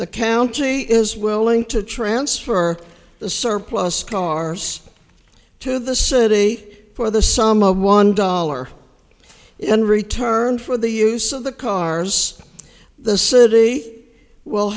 the county is willing to transfer the surplus cars to the city for the sum of one dollar in return for the use of the cars the city will